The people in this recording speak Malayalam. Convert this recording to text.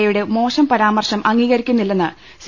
എയുടെ മോശം പരാമർശം അംഗീകരിക്കുന്നില്ലെന്ന് സി